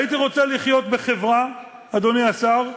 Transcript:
הייתי רוצה לחיות בחברה, אדוני השר,